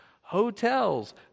hotels